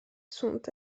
sont